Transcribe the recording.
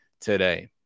today